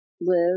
live